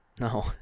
No